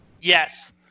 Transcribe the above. Yes